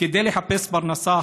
כדי לחפש פרנסה,